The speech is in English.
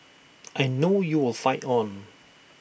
I know you will fight on